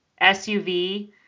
suv